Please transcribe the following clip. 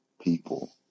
people